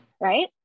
right